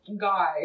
guy